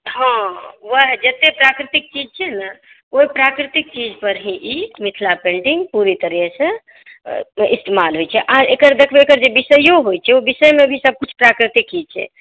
हँ ओएह जते प्राकृतिक चीज छै ने ओ प्राकृतिक चीज पर ही ई मिथिला पेन्टिङ्ग पुरे तरह से इस्तेमाल होइत छै आ एकर देखबै एकर जे विषयो होइत छै ओहि विषयमे भी सब किछु प्राकृतिक ही छै